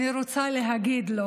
אני רוצה להגיד לו